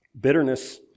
Bitterness